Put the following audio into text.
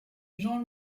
jean